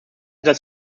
das